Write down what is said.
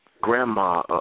Grandma